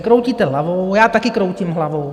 Kroutíte hlavou, já taky kroutím hlavou.